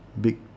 big